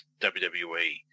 WWE